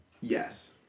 Yes